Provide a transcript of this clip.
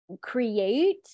create